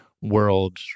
world